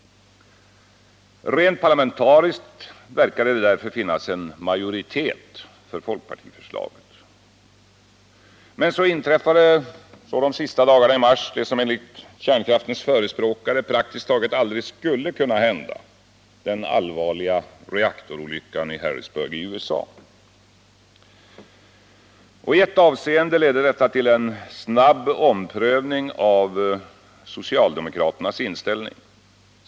Rent parlamentariskt verkade det därför finnas en majoritet för folkpartiförslaget. Men så inträffade de sista dagarna i mars det som enligt kärnkraftens förespråkare praktiskt taget aldrig skulle kunna hända — den allvarliga reaktorolyckan i Harrisburg i USA. I ett avseende ledde detta till en snabb omprövning av socialdemokraternas inställning.